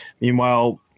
Meanwhile